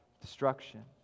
destruction